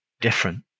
different